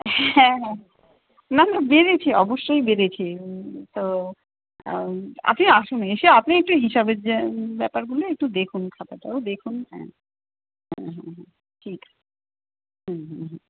হ্যাঁঁ না না বেড়েছে অবশ্যই বেড়েছে তো আপনি আসুন এসে আপনি একটু হিসাবের যে ব্যাপারগুলো একটু দেখুন খাতাটাও দেখুন হ্যাঁ হ্যাঁ হ্যাঁ ঠিক আছে